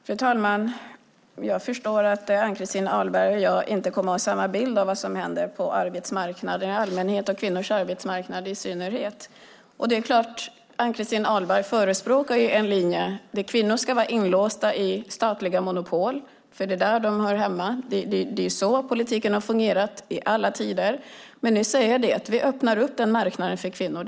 Fru talman! Jag förstår att Ann-Christin Ahlberg och jag inte kommer att ha samma bild av vad som händer på arbetsmarknaden i allmänhet och kvinnors arbetsmarknad i synnerhet. Ann-Christin Ahlberg förespråkar en linje som innebär att kvinnor ska vara inlåsta i statliga monopol, för det är där de hör hemma. Det är så politiken har fungerat i alla tider, men nu öppnar vi upp den marknaden för kvinnor.